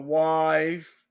wife